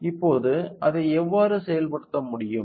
இப்போது நாம் அதை எவ்வாறு செயல்படுத்த முடியும்